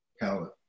palette